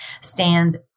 stand